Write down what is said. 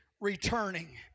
returning